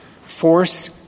force